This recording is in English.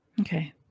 Okay